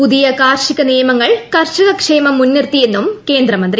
പുതിയ കാർഷിക്ട് നിയമങ്ങൾ കർഷക ക്ഷേമം മുൻനിർത്തിയെന്നു്ട് കേന്ദ്രമന്ത്രി